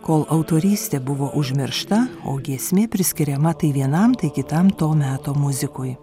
kol autorystė buvo užmiršta o giesmė priskiriama tai vienam tai kitam to meto muzikui